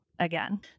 again